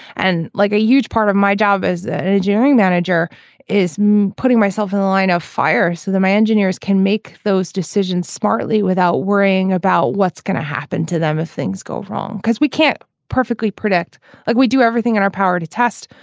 and like a huge part of my job as ah an engineering manager is putting myself in the line of fire. so the my engineers can make those decisions smartly without worrying about what's going to happen to them if things go wrong because we can't perfectly predict like we do everything in our power to test.